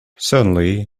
suddenly